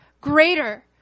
greater